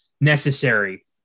necessary